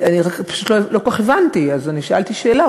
אני פשוט לא כל כך הבנתי, אז שאלתי שאלה.